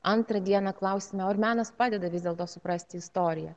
antrą dieną klausime o ar menas padeda vis dėlto suprasti istoriją